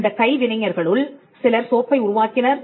இந்த கைவினைஞர்களுள் சிலர் சோப்பை உருவாக்கினர்